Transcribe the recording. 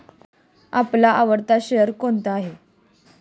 आपला आवडता शेअर कोणता आहे?